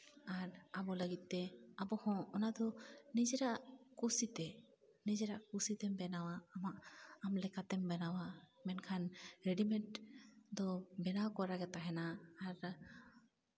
ᱟᱨ ᱟᱵᱚ ᱞᱟᱹᱜᱤᱫ ᱛᱮ ᱟᱵᱚ ᱦᱚᱸ ᱚᱱᱟ ᱫᱚ ᱱᱤᱡᱮᱨᱟᱜ ᱠᱩᱥᱤᱛᱮ ᱵᱮᱱᱟᱣᱟᱜ ᱟᱢᱟᱜ ᱟᱢ ᱞᱮᱠᱟᱛᱮᱢ ᱵᱮᱱᱟᱣᱟ ᱢᱮᱱᱠᱷᱟᱱ ᱨᱮᱰᱤᱢᱮᱰ ᱫᱚ ᱵᱮᱱᱟᱣ ᱠᱚᱨᱟᱣ ᱜᱮ ᱛᱟᱦᱮᱱᱟ ᱟᱨ